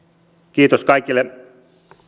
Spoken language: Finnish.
kiitos kaikille